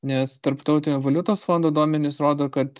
nes tarptautinio valiutos fondo duomenys rodo kad